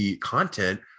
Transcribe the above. content